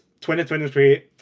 2023